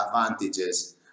advantages